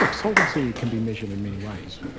like solvency, it can be measured in many ways.